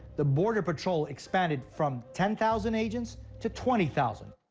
the border patrol expanded from ten thousand agents to twenty thousand.